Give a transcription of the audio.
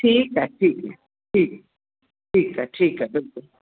ठीकु आहे ठीकु आहे ठीकु ठीकु आहे ठीकु आहे